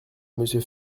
monsieur